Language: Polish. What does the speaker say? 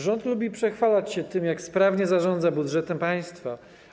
Rząd lubi przechwalać się tym, jak sprawnie zarządza budżetem państwa.